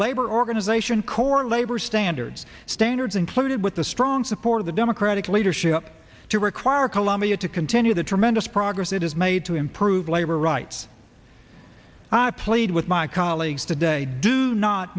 labor organization core labor standards standards included with the strong support of the democratic leadership to require colombia to continue the tremendous progress that is made to improve labor rights i plead with my colleagues today do not